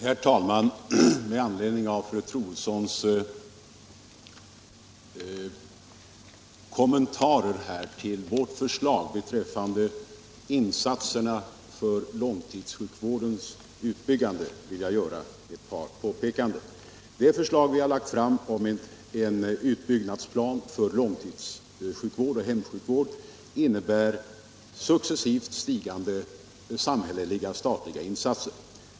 Herr talman! Med anledning av fru Troedssons kommentarer till vårt förslag beträffande insatserna för långtidssjukvårdens utbyggande vill jag göra ett par påpekanden. Det förslag vi har lagt fram om en utbyggnadsplan för långtidssjukvård och hemsjukvård innebär successivt stigande samhälleliga statliga insatser.